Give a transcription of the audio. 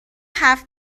حرف